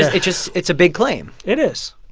it just it's a big claim it is.